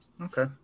Okay